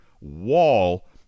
wall